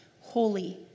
holy